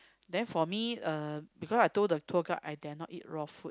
then for me uh because I told the tour guide I dare not eat raw food